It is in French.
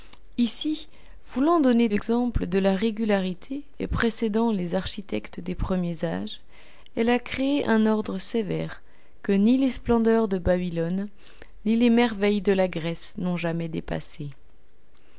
ici voulant donner l'exemple de la régularité et précédant les architectes des premiers âges elle a créé un ordre sévère que ni les splendeurs de babylone ni les merveilles de la grèce n'ont jamais dépassé